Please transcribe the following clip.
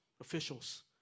officials